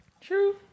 True